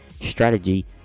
Strategy